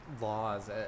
laws